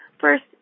first